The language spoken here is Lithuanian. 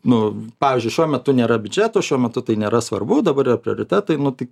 nu pavyzdžiui šiuo metu nėra biudžeto šiuo metu tai nėra svarbu dabar yra prioritetai nu tai